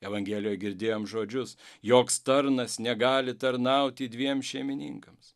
evangelijoj girdėjom žodžius joks tarnas negali tarnauti dviem šeimininkams